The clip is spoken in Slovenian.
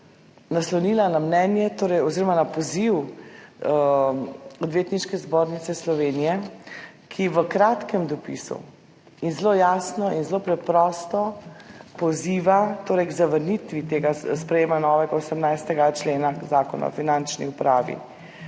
delunaslonila na mnenje oziroma poziv Odvetniške zbornice Slovenije, ki v kratkem dopisu in zelo jasno in zelo preprosto poziva k zavrnitvi sprejetja tega novega 18.a člena Zakona o finančni upravi.